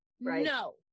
no